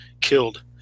killed